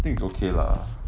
think it's okay lah